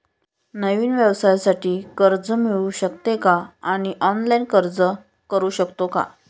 नवीन व्यवसायासाठी कर्ज मिळू शकते का आणि ऑनलाइन अर्ज करू शकतो का?